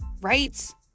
right